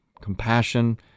compassion